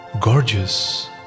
Gorgeous